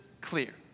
clear